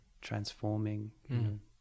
transforming